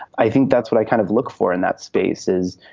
i think that's what i kind of look for in that spaces.